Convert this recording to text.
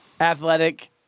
Athletic